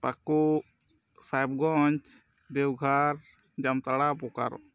Pakur Sahebganj Deoghar Jamtara Bokaro